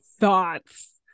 thoughts